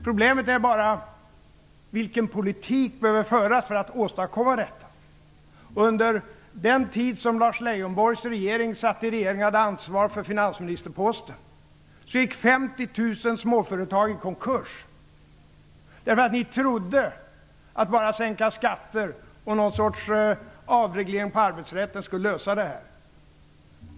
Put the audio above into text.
Problemet är bara vilken politik vi behöver föra för att åstadkomma detta. Under den tid som Lars Leijonborgs partivänner satt i regeringen och hade ansvar för finansministerposten gick 50 000 småföretag i konkurs. Ni trodde nämligen att enbart sänkta skatter och någon sorts avreglering på arbetsrättens område skulle lösa det här.